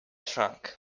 trank